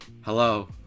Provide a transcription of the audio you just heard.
hello